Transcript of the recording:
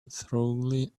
thoroughly